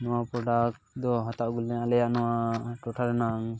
ᱱᱚᱣᱟ ᱯᱨᱳᱰᱟᱠᱴ ᱫᱚ ᱦᱟᱛᱟᱣ ᱟᱹᱜᱩ ᱞᱤᱫᱟᱹᱧ ᱟᱞᱮᱭᱟ ᱱᱚᱣᱟ ᱴᱚᱴᱷᱟ ᱨᱮᱱᱟᱝ